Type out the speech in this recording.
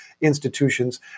institutions